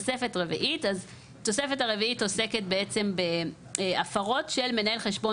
אז התוספת הרביעית עוסקת בעצם בהפרות של מנהל חשבון